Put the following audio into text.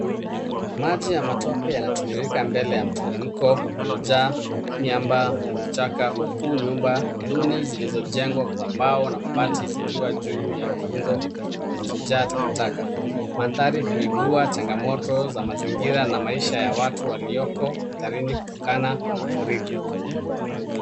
Maji ya matope yanatiririka mbele ya mteremko uliojaa miamba na vichaka huku nyumba duni zilizo jengwa kwa mbao na mabati zikiwa juu ya kingo kilicho jaa takataka mandhari huibua changamoto za mazingira na maisha ya watu walioko hatarini kutokana na mafuriko.